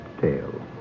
tale